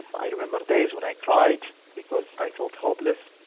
i remember days when i cried because i felt hopeless.